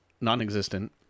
non-existent